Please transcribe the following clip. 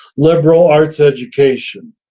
liberal arts education,